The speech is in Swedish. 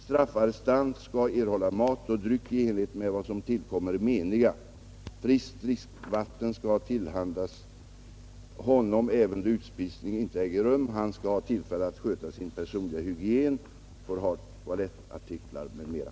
Straffarrestant skall erhålla mat och dryck i enlighet med vad som tillkommer meniga. Friskt dricksvatten skall tillhandahållas honom även då utspisning inte äger rum. Han skall ha tillfälle att sköta sin personliga hygien och får ha toalettartiklar m.m.